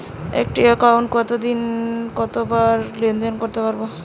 একটি একাউন্টে একদিনে কতবার লেনদেন করতে পারব?